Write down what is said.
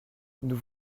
nous